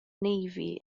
navy